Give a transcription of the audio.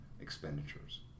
expenditures